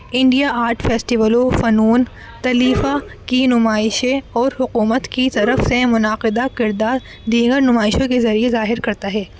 India art festival و فنون لطیفہ کی نمائشیں اور حکومت کی طرف سے منعقدہ کردہ دیگر نمائشوں کے ذریعے ظاہر کرتا ہے